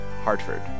Hartford